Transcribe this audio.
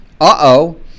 Uh-oh